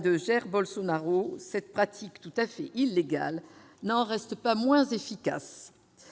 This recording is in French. de Jair Bolsonaro. Cette pratique, pour être tout à fait illégale, n'en est pas moins efficace.